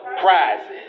Prizes